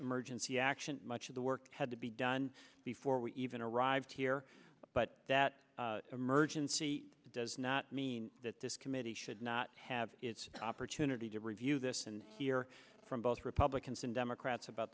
emergency action much of the work had to be done before we even arrived here but that emergency does not mean that this committee should not have its opportunity to review this and hear from both republicans and democrats about